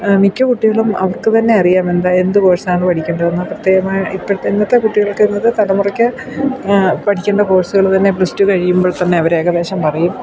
മിക്ക കുട്ടികളും അവർക്ക് തന്നെ അറിയാം എന്ത് കോഴ്സ് ആണ് പഠിക്കേണ്ടതെന്ന് പ്രത്യേകമായി ഇപ്പോഴത്തെ ഇന്നത്തെ കുട്ടികൾക്ക് ഇന്നത്തെ തലമുറയ്ക്ക് പഠിക്കേണ്ട കോഴ്സുകൾ തന്നെ പ്ലസ് ടു കഴിയുമ്പോൾ തന്നെ അവർ ഏകദേശം പറയും